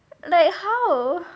like how